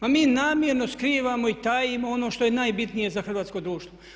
A mi namjerno skrivamo i tajimo ono što je najbitnije za hrvatsko društvo.